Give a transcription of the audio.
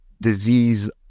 disease